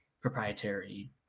proprietary